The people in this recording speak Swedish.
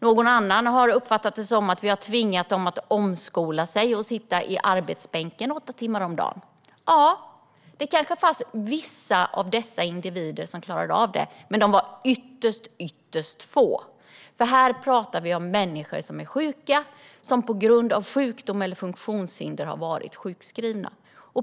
Någon annan har uppfattat det som att vi har tvingat dem att omskola sig och sitta i skolbänken åtta timmar om dagen. Vissa individer kanske klarade detta, men de var ytterst få. Vi talar om människor som är sjuka och som varit sjukskrivna på grund av sjukdom eller funktionshinder.